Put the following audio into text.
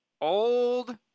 old